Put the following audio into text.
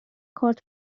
کارت